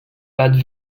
that